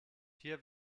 hier